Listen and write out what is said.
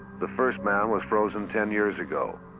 the first man was frozen ten years ago.